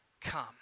come